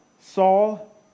Saul